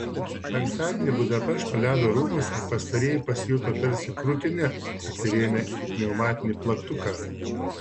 penktadienį budapešto ledo rūmuose pastarieji pasijuto tarsi krūtine atsirėmę į pneumatinį plaktuką